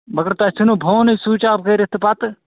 مگر تۄہہِ ژھُنوٕ فونُے سُچ آف کٔرِتھ تہٕ پَتہٕ